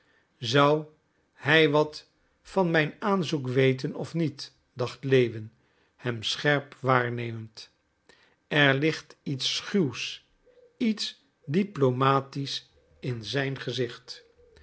zou hij wat van mijn aanzoek weten of niet dacht lewin hem scherp waarnemend er ligt iets schuws iets diplomatisch in zijn gezicht